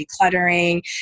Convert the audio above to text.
decluttering